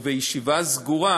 ובישיבה סגורה